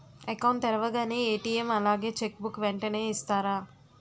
Account తెరవగానే ATM అలాగే cheque book వెంటనే ఇస్తారా?